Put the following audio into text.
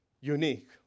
unique